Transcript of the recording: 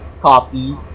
copy